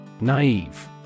Naive